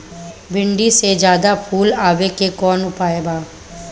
भिन्डी में ज्यादा फुल आवे के कौन उपाय बा?